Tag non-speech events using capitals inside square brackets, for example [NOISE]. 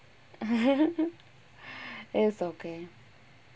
[LAUGHS] it's okay